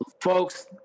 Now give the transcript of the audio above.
folks